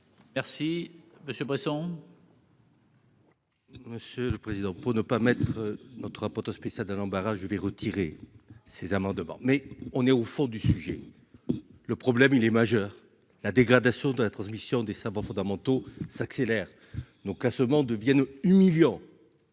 Merci Monsieur Bresson. Monsieur le président, pour ne pas mettre notre rapporteur spécial dans l'embarras : je vais retirer ces amendements mais on est au fond du sujet : le problème il est majeur : la dégradation de la transmission des savoirs fondamentaux s'accélère donc de Vienne humiliant.